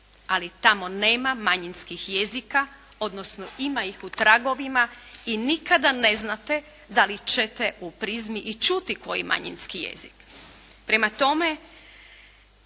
Ali tamo nema manjinskih jezika. Odnosno ima ih u tragovima i nikada ne znate da li ćete u "Prizmi" i čuti koji manjinski jezik.